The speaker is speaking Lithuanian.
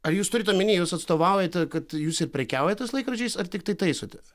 ar jūs turit omeny jūs atstovaujate kad jūs ir prekiaujat tais laikrodžiais ar tiktai taisote